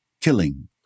killing